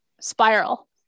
spiral